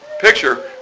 picture